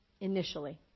initially